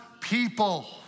people